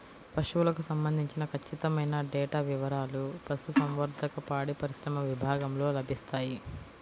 పశువులకు సంబంధించిన ఖచ్చితమైన డేటా వివారాలు పశుసంవర్ధక, పాడిపరిశ్రమ విభాగంలో లభిస్తాయి